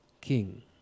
king